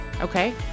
Okay